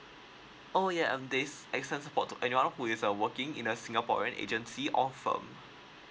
oh yeah um this support who is a working in a singaporean agency or firm